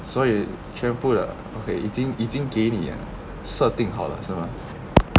所以选不了 okay 已经已经给你 uh 设定好了是吗